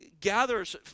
gathers